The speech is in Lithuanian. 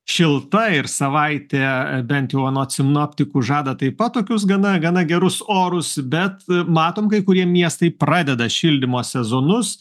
šilta ir savaitė bent jau anot sinoptikų žada taip pat tokius gana gana gerus orus bet matom kai kurie miestai pradeda šildymo sezonus